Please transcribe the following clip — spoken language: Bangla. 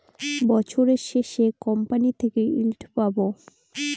বছরের শেষে কোম্পানি থেকে ইল্ড পাবো